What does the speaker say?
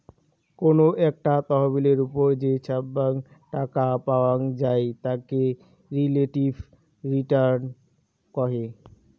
কোনো একটা তহবিলের ওপর যে ছাব্যাং টাকা পাওয়াং যাই তাকে রিলেটিভ রিটার্ন কহে